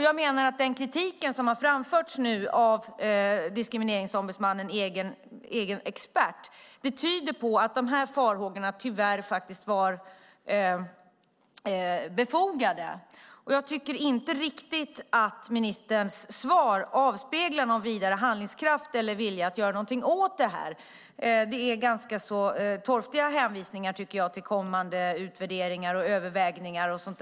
Jag menar att den kritik som nu har framförts av Diskrimineringsombudsmannens egen expert tyder på att dessa farhågor tyvärr var befogade, och jag tycker inte att ministerns svar riktigt avspeglar någon vidare handlingskraft eller vilja att göra någonting åt detta. Det är ganska torftiga hänvisar till kommande utvärderingar, övervägningar och sådant.